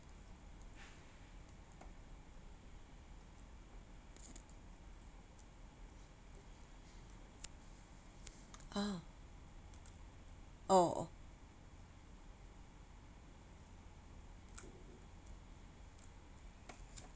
ah oh oh